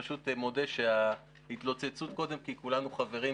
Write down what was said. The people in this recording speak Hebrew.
אנחנו פשוט רצינו קצת למשוך את הזמן ולהוריד את הלהבות.